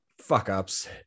fuck-ups